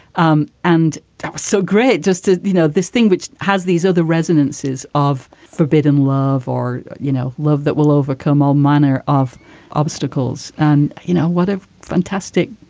um and that was so great. just, ah you know, this thing which has these other resonances of forbidden love or, you know, love that will overcome all manner of obstacles. and you know, what a fantastic,